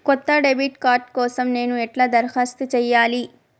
కొత్త debit card కోసం నేను ఎట్లా దరఖాస్తు చేయాలి?